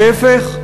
להפך.